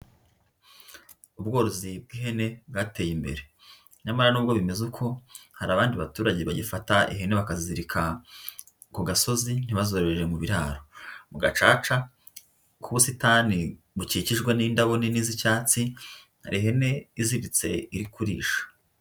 Ubworozi bw'ihene bwateye imbere, nyamara nubwo bimeze ku hari abandi baturage bagifata ihene bakazizirika ku gasozi ntibazororere mu biraro, mu gacaca k'ubusitani bukikijwe n'indabo nini z'icyatsi hari ihene iziritse iri kuririsha.